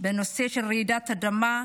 בנושא של רעידת אדמה.